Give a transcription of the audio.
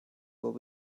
will